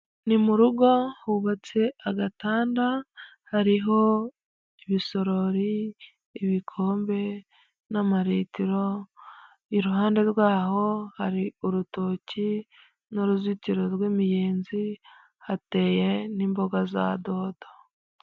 Ni mu rugo hubatse agatanda, hariho ibisorori, ibikombe n'amaritiro, iruhande rwaho hari urutoki n'uruzitiro rw'imiyenzi, hateye n'imboga za dodo.